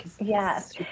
yes